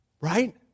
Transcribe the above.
Right